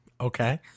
Okay